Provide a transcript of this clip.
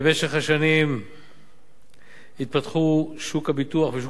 במשך השנים התפתחו שוק הביטוח ושוק